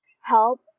Help